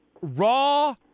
Raw